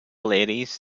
ladies